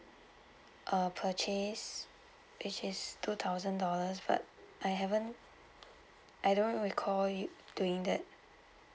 a purchase which is two thousand dollars but I haven't I don't recall if doing that